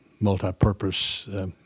multi-purpose